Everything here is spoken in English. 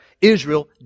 Israel